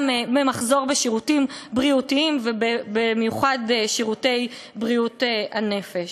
וגם במחסור בשירותים בריאותיים ובמיוחד שירותי בריאות הנפש.